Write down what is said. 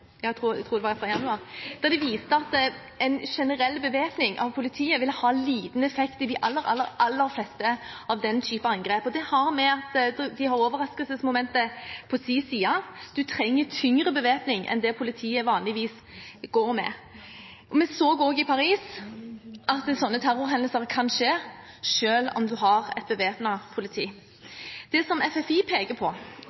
januar, der de viste at en generell bevæpning av politiet ville ha liten effekt i de aller fleste av den type angrep. Det har å gjøre med at de har overraskelsesmomentet på sin side. Man trenger tyngre bevæpning enn det politiet vanligvis går med. Vi så også i Paris at sånne terrorhendelser kan skje selv om man har et bevæpnet politi. Det som FFI peker på